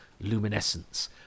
luminescence